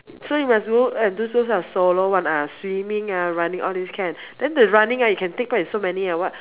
so you must go and do those type of solo one ah swimming ah running all this can then the running ah you can take part in so many what